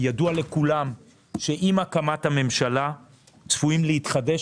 ידוע לכולם שעם הקמת הממשלה צפויים להתחדש